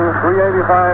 385